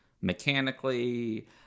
mechanically